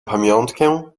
pamiątkę